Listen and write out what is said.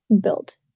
built